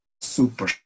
super